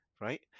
Right